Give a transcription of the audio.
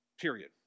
Period